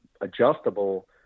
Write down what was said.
adjustable